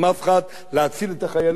להציל את החיילים ואת הקצינים,